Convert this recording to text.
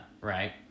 right